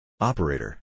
Operator